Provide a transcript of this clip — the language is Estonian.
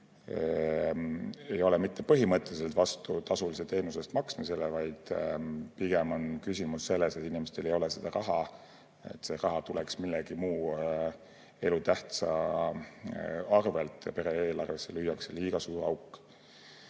ei ole mitte põhimõtteliselt vastu tasulise teenuse eest maksmisele, pigem on küsimus selles, et inimestel ei ole seda raha. See raha tuleks millegi muu elutähtsa arvelt ja pere eelarvesse löödaks liiga suur auk.